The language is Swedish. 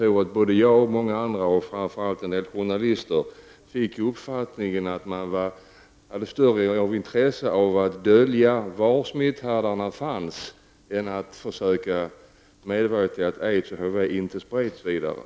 Såväl jag som många andra, framför allt en del journalister, fick uppfattningen att man hade större intresse av att dölja var smitthärdarna finns än att försöka medverka till att förhindra spridning av aids och